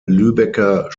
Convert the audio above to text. lübecker